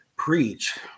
preach